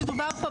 נאמר פה,